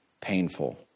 painful